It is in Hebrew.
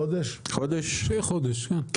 חודש - טוב.